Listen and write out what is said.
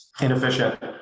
inefficient